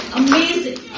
amazing